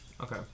Okay